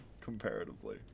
comparatively